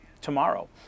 tomorrow